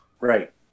Right